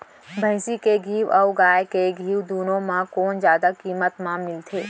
भैंसी के घीव अऊ गाय के घीव दूनो म कोन जादा किम्मत म मिलथे?